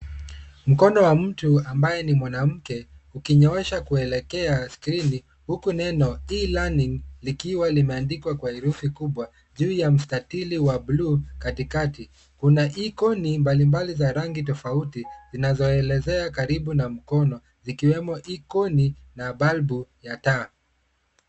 Mkono wa mtu ambaye ni mwanamke ukinyoosha kuelekea skrini huku neno e- learning likiwa limeandikwa kwa herufi kubwa juu ya mstatili wa bluu. Katikati kuna ikoni mbali mbali za rangi tofauti zinazoelezea karibu na mkono ikiwemo ikoni na balbu ya taa.